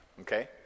Okay